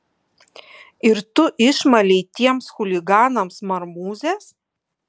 ir tu išmalei tiems chuliganams marmūzes